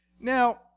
Now